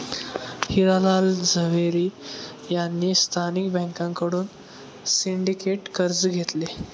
हिरा लाल झवेरी यांनी स्थानिक बँकांकडून सिंडिकेट कर्ज घेतले